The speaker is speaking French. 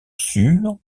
sur